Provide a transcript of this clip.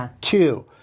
Two